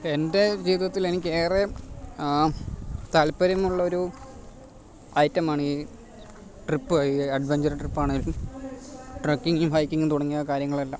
എന്റെ ജീവിതത്തില് എനിക്ക് ഏറെ താല്പ്പര്യമുള്ള ഒരു ഐറ്റമാണീ ട്രിപ്പ് ഈ അട്വെന്ജെർ ട്രിപ്പാണേലും ട്രകിങ്ങും ഹൈകിംങ്ങും തുടങ്ങിയ കാര്യങ്ങളെല്ലാം